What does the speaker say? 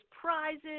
prizes